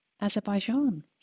Azerbaijan